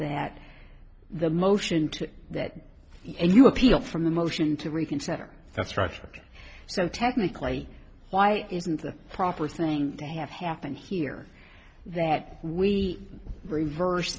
that the motion to that you appeal from the motion to reconsider that structure so technically why isn't the proper thing to have happened here that we reverse